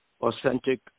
authentic